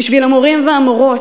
בשביל המורים והמורות,